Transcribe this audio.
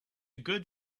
good